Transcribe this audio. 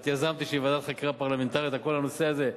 את יזמת איזו ועדת חקירה פרלמנטרית על כל הנושא הזה,